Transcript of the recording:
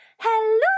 Hello